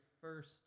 first